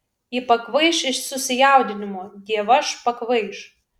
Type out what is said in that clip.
ji pakvaiš iš susijaudinimo dievaž pakvaiš